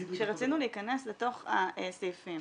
שהציגו ו --- כשרצינו להיכנס לתוך הסעיפים